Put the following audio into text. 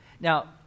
Now